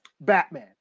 Batman